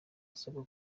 asabwa